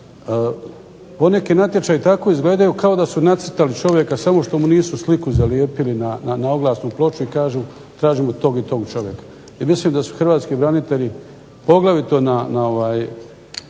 poneki natječaji tako izgledaju kao da su nacrtali čovjeka. Samo što mu nisu sliku zalijepili na oglasnu ploču i kažu tražimo tog i tog čovjeka. I mislim da su hrvatski branitelji poglavito na